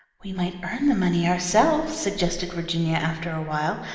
we might earn the money ourselves, suggested virginia, after awhile,